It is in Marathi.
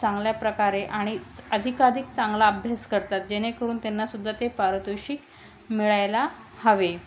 चांगल्या प्रकारे आणि अधिकाधिक चांगला अभ्यास करतात जेणेकरून त्यांनासुद्धा ते पारितोषिक मिळायला हवे